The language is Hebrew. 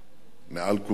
מעל כולם,